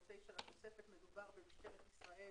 או (9) לתוספת מדובר במשטרת ישראל,